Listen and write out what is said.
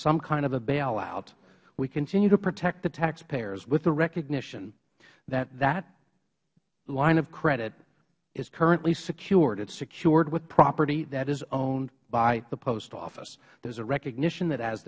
some kind of a bailout we continue to protect the taxpayers with the recognition that the line of credit is currently secured it is secured with property that is owned by the post office there is a recognition that as